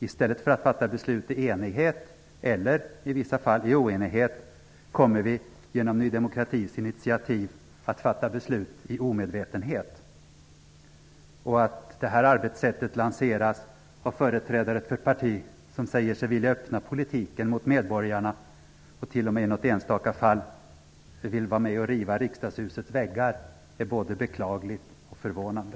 I stället för att fatta beslut i enighet eller i vissa fall i oenighet kommer vi genom Ny demokratis initiativ att fatta beslut i omedvetenhet. Att detta arbetssätt lanseras av företrädare för ett parti som säger sig vilja öppna politiken mot medborgarna och t.o.m. i något enstaka fall riva riksdagshusets väggar är både beklagligt och förvånande.